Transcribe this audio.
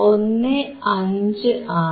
15 ആയി